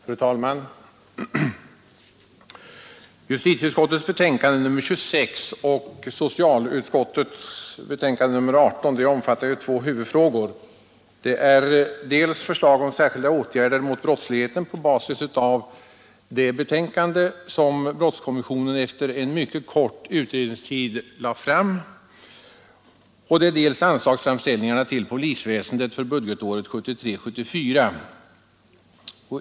Fru talman! Justitieutskottets betänkande nr 26 och socialutskottets betänkande nr 18 omfattar två huvudfrågor. Det är dels förslag om särskilda åtgärder mot brottsligheten på basis av det betänkande som brottskommissionen efter en mycket kort utredningstid framlagt, dels anslagsframställningarna till polisväsendet för budgetåret 1973/74.